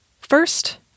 First